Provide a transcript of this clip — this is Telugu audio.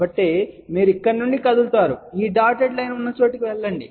కాబట్టి మీరు ఇక్కడ నుండి కదులుతారు ఈ డాటెడ్ లైన్ ఉన్న చోటికి వెళ్ళండి